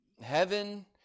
heaven